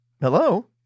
Hello